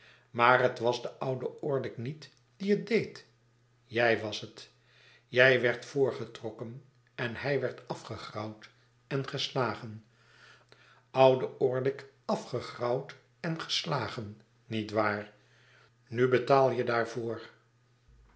maar het was de oude orlick niet die het deed jij was het jij werdt voorgetrokken en hij werd afgegrauwd en geslagen oude orlick afgegrauwd en geslagen niet waar nu betaal je daarvoor